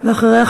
ואחריה,